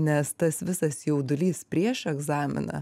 nes tas visas jaudulys prieš egzaminą